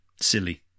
Silly